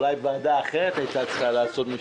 אולי ועדה אחרת הייתה צריכה לעסוק בזה,